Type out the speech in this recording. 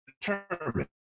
determine